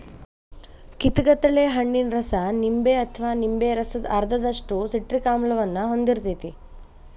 ಕಿತಗತಳೆ ಹಣ್ಣಿನ ರಸ ನಿಂಬೆ ಅಥವಾ ನಿಂಬೆ ರಸದ ಅರ್ಧದಷ್ಟು ಸಿಟ್ರಿಕ್ ಆಮ್ಲವನ್ನ ಹೊಂದಿರ್ತೇತಿ